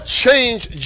changed